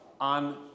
on